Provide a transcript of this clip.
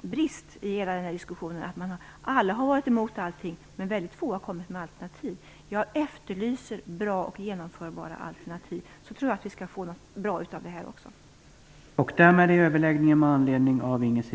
brist i hela denna diskussion att alla har varit emot allting, men det är väldigt få som har kommit med några alternativ. Jag efterlyser bra och genomförbara alternativ. Då tror att jag det skall bli någonting bra också av detta.